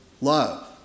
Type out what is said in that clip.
love